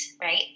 right